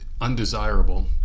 undesirable